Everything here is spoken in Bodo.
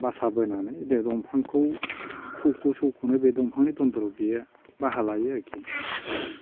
बासा बोनानै बे दंफांखौ सौख' सौख'नो बे दंफांनि दनदराव बियो बाहा लायो आरोखि